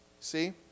See